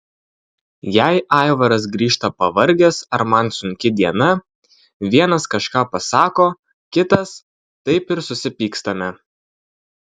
jei aivaras grįžta pavargęs ar man sunki diena vienas kažką pasako kitas taip ir susipykstame